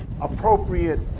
appropriate